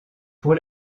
pour